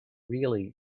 really